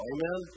Amen